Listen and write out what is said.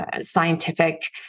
scientific